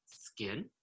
skin